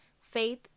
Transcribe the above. faith